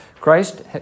Christ